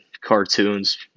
cartoons